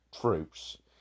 troops